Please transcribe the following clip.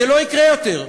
זה לא יקרה יותר.